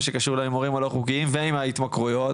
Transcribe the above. שקשור להימורים הלא חוקיים ועם ההתמכרויות,